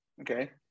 Okay